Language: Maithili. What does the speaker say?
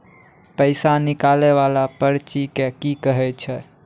पैसा निकाले वाला पर्ची के की कहै छै?